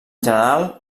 general